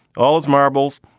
all his marbles.